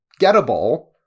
gettable